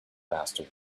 master